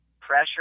pressure